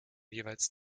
jeweils